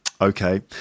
Okay